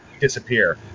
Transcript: disappear